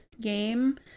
game